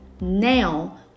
now